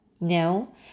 No